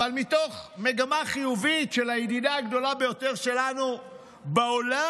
אבל מתוך מגמה חיובית של הידידה הגדולה ביותר שלנו בעולם,